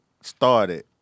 started